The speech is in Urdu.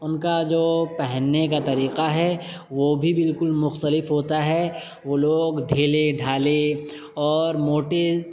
ان کا جو پہننے کا طریقہ ہے وہ بھی بالکل مختلف ہوتا ہے وہ لوگ ڈھیلے ڈھالے اور موٹے